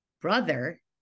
brother